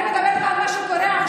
אני מדברת פה על מה שקורה עכשיו.